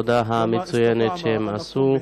העבודה המצוינת שהם עשו.